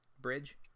bridge